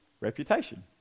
reputation